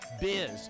biz